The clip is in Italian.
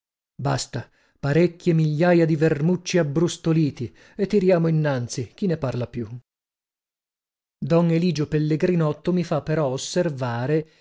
basta parecchie migliaja di vermucci abbrustoliti e tiriamo innanzi chi ne parla più don eligio pellegrinotto mi fa però osservare